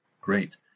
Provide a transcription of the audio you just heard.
Great